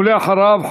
ואחריו,